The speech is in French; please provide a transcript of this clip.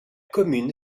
commune